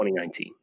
2019